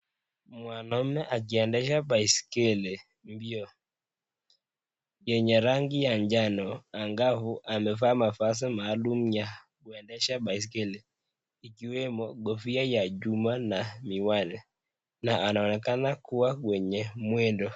Mwanauema akiendesha baiskeli mbio, yenye rangi ya njano angavu. Amevaa mavazi maalum ya kuendesha baiskeli, ikiwemo kofia ya chuma na miwani, na anaonekana kuwa mwenye mwendo.